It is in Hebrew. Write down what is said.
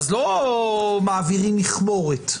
אז לא מעבירים מכמורת.